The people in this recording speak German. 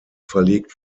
verlegt